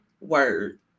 word